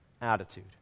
attitude